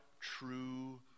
true